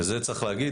וזה צריך להגיד.